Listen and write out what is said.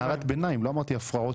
אמרתי הערת ביניים, לא אמרתי הפרעות